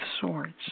swords